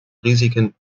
risiken